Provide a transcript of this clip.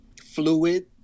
fluid